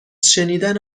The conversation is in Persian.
شنیدن